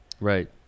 Right